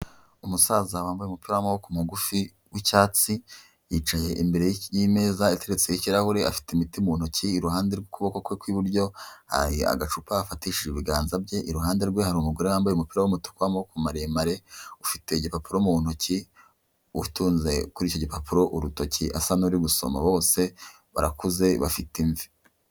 Umusaza wambaye umupira w'amaboko mugufi w'icyatsi, yicaye imbere y'imeza ateretseho ikirahure, afite imiti mu ntoki, iruhande rw'ukuboko kw'iburyo hari agacupa afatishije ibiganza bye, iruhande rwe hari umugore wambaye umupira w'umutuku w'amoboko maremare, ufite igipapuro mu ntoki utunze kuri icyo gipapuro urutoki asa n'uri gusoma, bose barakuze bafite imvi.